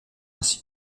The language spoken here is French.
ainsi